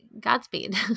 Godspeed